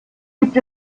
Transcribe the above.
gibt